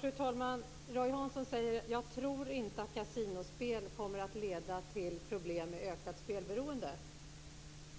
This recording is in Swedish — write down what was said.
Fru talman! Roy Hansson säger: Jag tror inte att kasinospel kommer att leda till problem med ökat spelberoende.